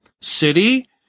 city